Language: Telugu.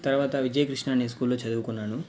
తరువాత విజయ్ కృష్ణ అనే స్కూల్లో చదువుకున్నాను